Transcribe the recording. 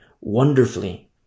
wonderfully